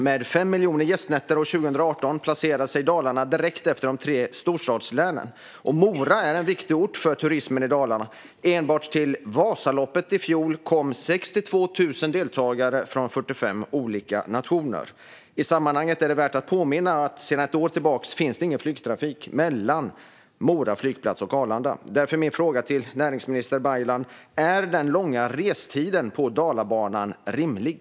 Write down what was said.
Med 5 miljoner gästnätter år 2018 placerar sig Dalarna direkt efter de tre storstadslänen. Vidare är Mora en viktig ort för turismen i Dalarna. Enbart till Vasaloppet i fjol kom 62 000 deltagare från 45 olika nationer. I sammanhanget är det värt att påminna om att sedan ett år tillbaka finns ingen flygtrafik mellan Mora flygplats och Arlanda. Därför är min fråga till näringsminister Baylan: Är den långa restiden på Dalabanan rimlig?